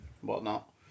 whatnot